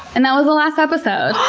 and that was the last episode.